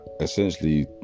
essentially